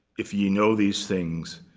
if ye know these things,